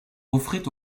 offrait